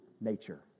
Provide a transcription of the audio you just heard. nature